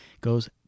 goes